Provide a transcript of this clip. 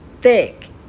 thick